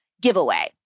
giveaway